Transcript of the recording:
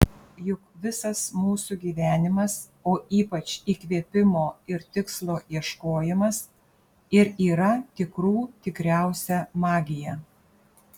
juk visas mūsų gyvenimas o ypač įkvėpimo ir tikslo ieškojimas ir yra tikrų tikriausia magija